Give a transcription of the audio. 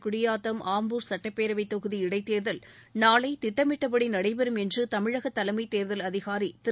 குடியாத்தம் ஆம்பூர் சட்டப்பேரவை தொகுதி இடைத்தேர்தல் நாளை திட்டமிட்டபடி நடைபெறும் என்று தமிழக தலைமை தேர்தல் அதிகாரி திரு